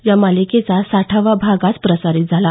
या मालिकेचा साठावा भाग आज प्रसारित झाला